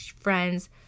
Friends